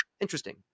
Interesting